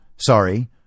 Sorry